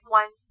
one